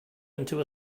into